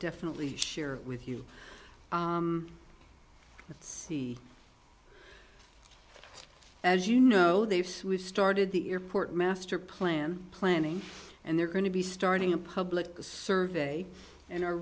definitely share it with you let's see as you know they've started the airport master plan planning and they're going to be starting a public survey and are